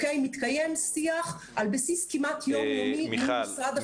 מתקיים שיח על בסיס כמעט יום יומי עם משרד החינוך.